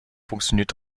funktioniert